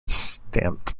stamped